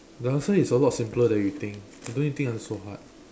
the answer is a lot simpler than you think you don't need to think until so hard